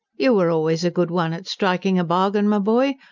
you were always a good one at striking a bargain, my boy!